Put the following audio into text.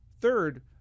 Third